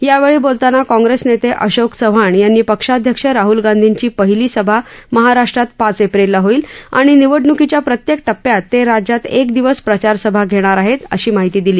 यावेळी बोलताना काँप्रेस नेते अशोक चव्हाण यांनी पक्षाध्यक्ष राह्ल गांधीची पहिली सभा महाराष्ट्रात पाच एप्रिलला होईल आणि निवडणुकीच्या प्रत्येक टप्प्यात ते राज्यात एक दिवस प्रचारांच्या सभा घेणार आहेत अशी माहिती दिली